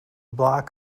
block